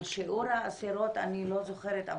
על שיעור האסירות אני לא זוכרת,